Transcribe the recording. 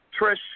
Trish